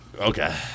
Okay